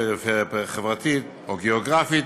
פריפריה חברתית או גיאוגרפית,